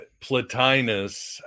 Plotinus